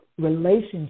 relationship